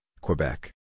Quebec